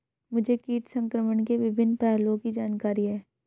मुझे कीट संक्रमण के विभिन्न पहलुओं की जानकारी है